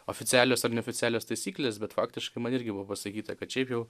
oficialios ar neoficialios taisyklės bet faktiškai man irgi buvo pasakyta kad šiaip jau